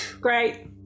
Great